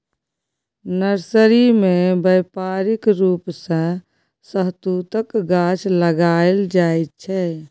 nursery मे बेपारिक रुप सँ शहतुतक गाछ लगाएल जाइ छै